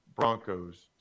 Broncos